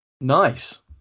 Nice